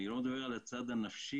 אני לא מדבר על הצד הנפשי.